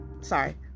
sorry